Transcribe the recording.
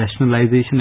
rationalization